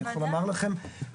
ואני יכול לומר לכם,